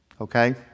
okay